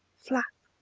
flap!